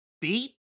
Beat